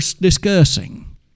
discussing